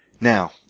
Now